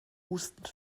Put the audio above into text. hustend